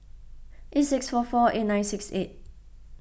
eight six four four eight nine six eight